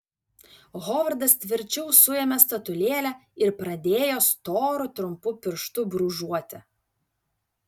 hovardas tvirčiau suėmė statulėlę ir pradėjo storu trumpu pirštu brūžuoti